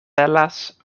pelas